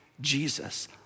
Jesus